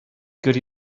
good